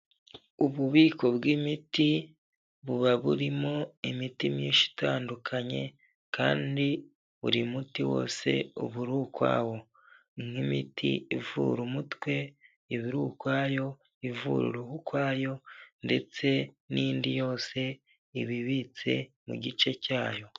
Ububiko bw'imiti buba burimo imiti myinshi itandukanye kandi buri muti wose uba uri ukwawo nk'imiti ivura umutwe iba uri ukwayo ivura uruhu ukwayo ndetse n'indi yose ibibitse mu gice cyayo.